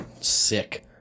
Sick